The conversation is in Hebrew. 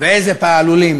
איזה פעלולים